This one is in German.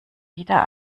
wieder